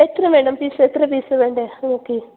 എത്ര madam piece എത്ര piece ആണ് വേണ്ടത് നോക്കിയേ